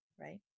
right